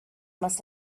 must